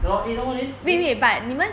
well you know it